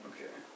Okay